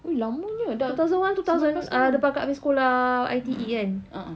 eh lamanya dah sembilan belas tahun mmhmm a'ah